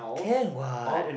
can what